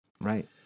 Right